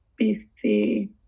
BC